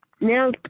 Now